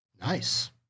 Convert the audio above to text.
Nice